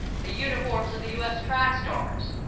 the uniforms of the u s. track stars.